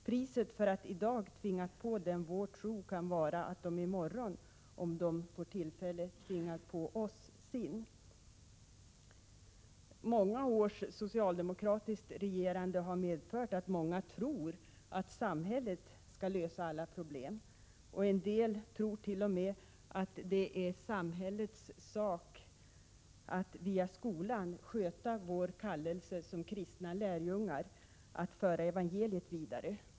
Priset för att i dag tvinga på dem vår tro kan vara att de i morgon, om de får tillfälle, tvingar på oss sin.” Många års socialdemokratiskt regerande har medfört att många tror att ”samhället” skall lösa alla problem. En del tror t.o.m. att det är samhällets sak att genom skolan sköta vår kallelse att som kristna lärjungar föra evangeliet vidare.